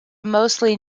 mostly